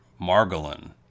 Margolin